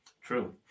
True